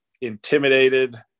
intimidated